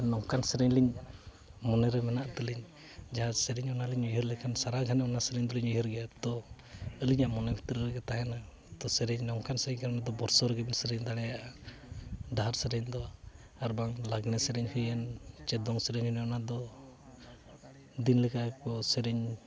ᱱᱚᱝᱠᱟᱱ ᱥᱮᱨᱮᱧ ᱞᱤᱧ ᱢᱚᱱᱮᱨᱮ ᱢᱮᱱᱟᱜ ᱛᱟᱹᱞᱤᱧ ᱡᱟᱦᱟᱸ ᱥᱮᱨᱮᱧ ᱚᱱᱟᱞᱤᱧ ᱩᱭᱦᱟᱹᱨ ᱞᱮᱠᱷᱟᱱ ᱥᱟᱨᱟ ᱜᱷᱟᱱᱮ ᱚᱱᱟ ᱥᱮᱨᱮᱧ ᱫᱚᱞᱤᱧ ᱩᱭᱦᱟᱹᱨ ᱜᱮᱭᱟ ᱛᱚ ᱟᱹᱞᱤᱧᱟᱜ ᱢᱚᱱᱮ ᱵᱷᱤᱛᱤᱨ ᱨᱮᱜᱮ ᱛᱟᱦᱮᱱᱟ ᱛᱚ ᱥᱮᱨᱮᱧ ᱱᱚᱝᱠᱟᱱ ᱥᱮᱨᱮᱧ ᱠᱟᱱᱟ ᱚᱱᱟᱫᱚ ᱵᱚᱛᱥᱚᱨ ᱨᱮᱵᱮᱱ ᱥᱮᱨᱮᱧ ᱫᱟᱲᱮᱭᱟᱜᱼᱟ ᱰᱟᱦᱟᱨ ᱥᱮᱨᱮᱧ ᱫᱚ ᱟᱨ ᱵᱟᱝ ᱞᱟᱜᱽᱬᱮ ᱥᱮᱨᱮᱧ ᱦᱩᱭᱮᱱ ᱪᱮ ᱫᱚᱝ ᱥᱮᱨᱮᱧ ᱦᱩᱭᱱᱟ ᱚᱱᱟᱫᱚ ᱫᱤᱱ ᱞᱮᱠᱟ ᱜᱮᱠᱚ ᱥᱮᱨᱮᱧ